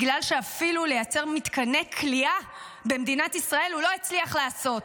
בגלל שאפילו לייצר מתקני כליאה במדינת ישראל הוא לא הצליח לעשות.